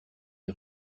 des